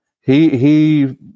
he—he